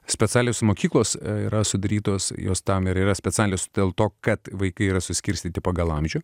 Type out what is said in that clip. specialios mokyklos yra sudarytos jos tam yra specialios dėl to kad vaikai yra suskirstyti pagal amžių